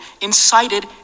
incited